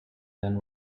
than